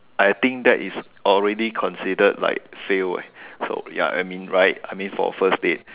I think that is already considered like fail eh so ya I mean right I mean for a first date